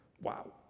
Wow